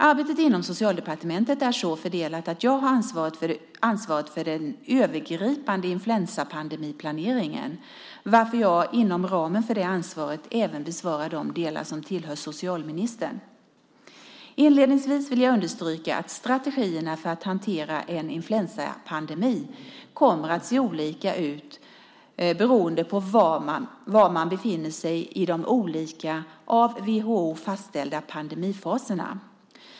Arbetet inom Socialdepartementet är så fördelat att jag har ansvaret för den övergripande influensapandemiplaneringen varför jag, inom ramen för det ansvaret, även besvarar de delar som tillhör socialministern. Inledningsvis vill jag understryka att strategierna för att hantera en influensapandemi kommer att se olika ut beroende på var man befinner sig i de olika av WHO fastställda pandemifaserna.